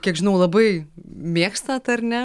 kiek žinau labai mėgstat ar ne